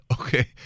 okay